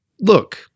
look